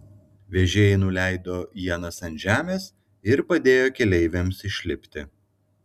vežėjai nuleido ienas ant žemės ir padėjo keleiviams išlipti